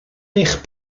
eich